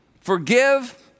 forgive